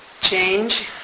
change